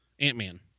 Ant-Man